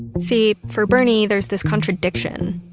see, for bernie, there's this contradiction.